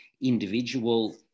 individual